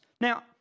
Now